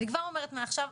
אני כבר אומרת מעכשיו,